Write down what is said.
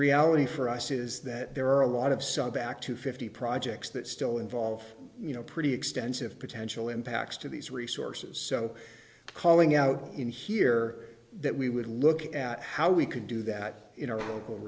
reality for us is that there are a lot of sub back to fifty projects that still involve you know pretty extensive potential impacts to these resources so calling out in here that we would look at how we could do that in our local